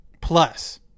plus